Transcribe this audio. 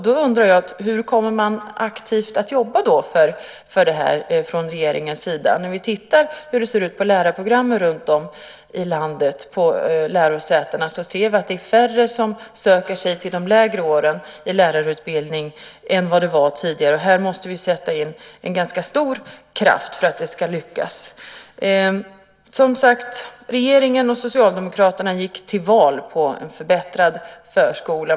Då undrar jag hur man aktivt kommer att jobba för det här från regeringens sida. När vi tittar på hur det ser ut på lärosätenas lärarprogram runtom i landet, ser vi att det är färre som söker sig till de lägre årskurserna i lärarutbildningen än vad det var tidigare. Här måste vi sätta in ganska stor kraft för att det ska lyckas. Som sagt: Regeringen och Socialdemokraterna gick till val på en förbättrad förskola.